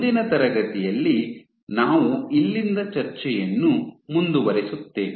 ಮುಂದಿನ ತರಗತಿಯಲ್ಲಿ ನಾವು ಇಲ್ಲಿಂದ ಚರ್ಚೆಯನ್ನು ಮುಂದುವರಿಸುತ್ತೇವೆ